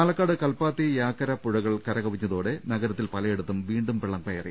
പാലക്കാട് കൽപ്പാത്തി യാക്കര പുഴകൾ കരകവിഞ്ഞ തോടെ നഗരത്തിൽ പലയിടത്തും വീണ്ടും വെള്ളം കയറി